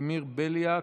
ולדימיר בליאק,